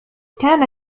كان